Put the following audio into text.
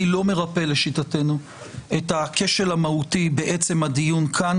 לא מרפא לשיטתנו את הכשל המהותי בעצם הדיון כאן.